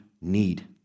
need